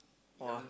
!wah!